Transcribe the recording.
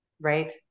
Right